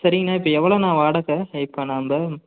சரிங்க அண்ணா இப்போ எவ்வளோண்ணா வாடகை இப்போ நாம்ப